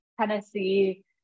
Tennessee